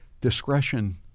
Discretion